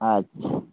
अच्छा